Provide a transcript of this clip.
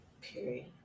Period